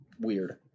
weird